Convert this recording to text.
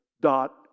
dot